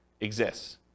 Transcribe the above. exists